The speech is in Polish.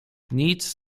nic